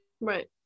right